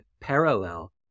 parallel